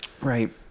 Right